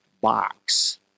box